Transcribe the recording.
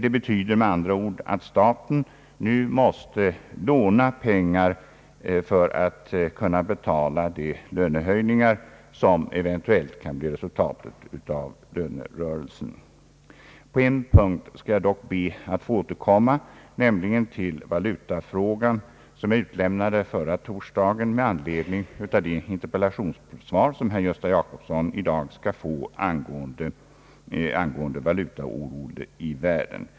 Det betyder med andra ord att staten nu måste låna pengar för att kunna betala de lönehöjningar som eventuellt kan bli resultatet av lönerörelsen. På en punkt skall jag dock be att få återkomma, nämligen till valutafrågan, som jag utelämnade förra torsdagen med anledning av det interpellationssvar som herr Gösta Jacobsson i dag skall få angående valutaoron i världen.